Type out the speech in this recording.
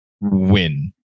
win